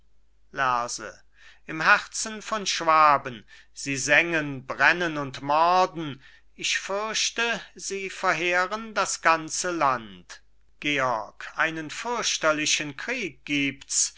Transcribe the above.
lerse im herzen von schwaben sie sengen brennen und morden ich fürchte sie verheeren das ganze land georg einen fürchterlichen krieg gibt's